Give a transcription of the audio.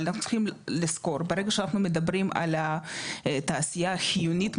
אנחנו צריכים לזכור שברגע שאנחנו מדברים על התעשייה החיונית,